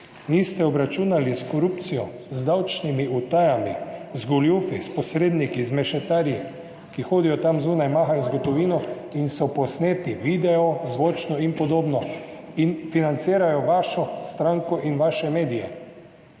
niste obračunali s korupcijo, davčnimi utajami, goljufi, posredniki, mešetarji, ki hodijo tam zunaj, mahajo z gotovino in so posneti, video, zvočno in podobno, in financirajo vašo stranko in vaše medije,